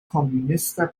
komunista